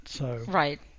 Right